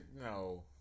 no